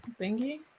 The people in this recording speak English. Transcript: thingy